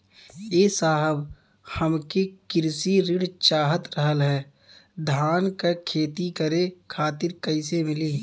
ए साहब हमके कृषि ऋण चाहत रहल ह धान क खेती करे खातिर कईसे मीली?